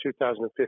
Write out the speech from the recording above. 2015